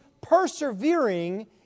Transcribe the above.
persevering